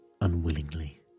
unwillingly